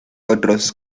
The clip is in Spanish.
otros